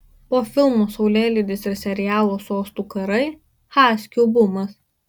po filmo saulėlydis ir serialo sostų karai haskių bumas